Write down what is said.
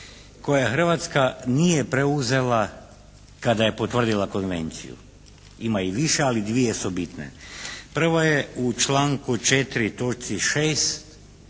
koje Hrvatska nije preuzela kada je potvrdila konvenciju, ima i više ali dvije su bitne. Prva je u članku 4.